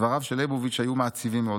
דבריו של ליבוביץ' היו מעציבים מאוד.